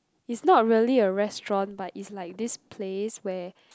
it's not really a restaurant but it's like this place where